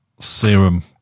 serum